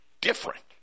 different